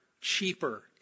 cheaper